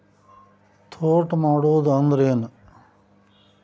ತೋಟ ಮಾಡುದು ಅಂದ್ರ ಏನ್?